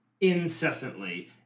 incessantly